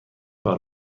کار